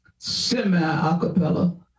Semi-Acapella